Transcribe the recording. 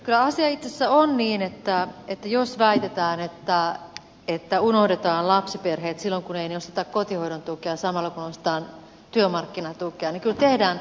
kyllä asia itse asiassa on niin että jos väitetään että unohdetaan lapsiperheet silloin kun ei nosteta kotihoidon tukea samalla kun nostetaan työmarkkinatukea niin kyllä tehdään epäterve vastakkainasettelu